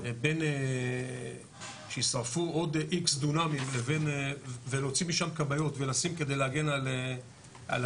בין שיישרפו עוד X דונמים ולהוציא משם כבאיות ולשים כדי להגן על הדסה,